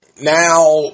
Now